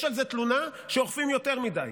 יש על זה תלונה שאוכפים יותר מדי.